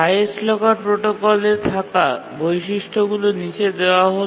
highest locker প্রোটোকলে থাকা বৈশিষ্ট্যগুলি নীচে দেওয়া হল